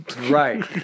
right